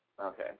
Okay